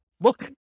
look